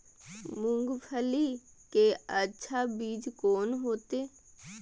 मूंगफली के अच्छा बीज कोन होते?